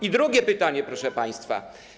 I drugie pytanie, proszę państwa.